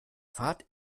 fahrt